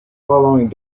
following